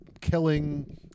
killing